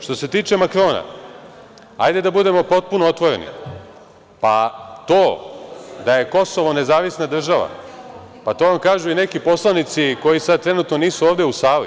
Što se tiče Makrona, hajde da budemo potpuno otvoreni, pa to da je Kosovo nezavisna država, pa to vam kažu i neki poslanici koji sad trenutno nisu ovde u sali.